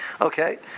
Okay